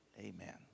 Amen